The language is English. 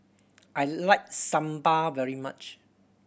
I like Sambar very much